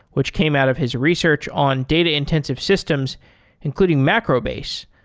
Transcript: which came out of his research on data-intensive systems including macrobase,